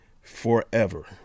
forever